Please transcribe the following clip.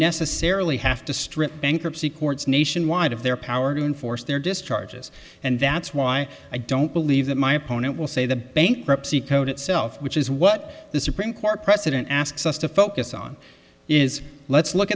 necessarily have to strip bankruptcy courts nationwide of their power to enforce their discharges and that's why i don't believe that my opponent will say the bankruptcy code itself which is what the supreme court precedent asks us to focus on is let's look